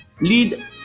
Lead